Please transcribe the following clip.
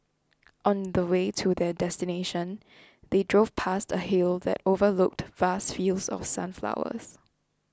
on the way to their destination they drove past a hill that overlooked vast fields of sunflowers